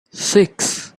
six